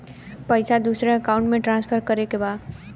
पैसा दूसरे अकाउंट में ट्रांसफर करें के बा?